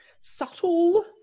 subtle